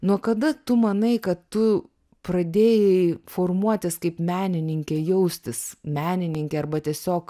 nuo kada tu manai kad tu pradėjai formuotis kaip menininkė jaustis menininke arba tiesiog